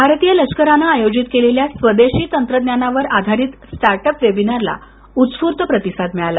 भारतीय लष्करानं आयोजित केलेल्या स्वदेशी तंत्रज्ञानावर आधारीत स्टार्टअप वेबिनारला उत्स्फूर्त प्रतिसाद मिळाला